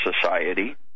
society